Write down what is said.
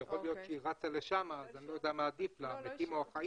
לא יודע מה עדיף לה, המתים או החיים,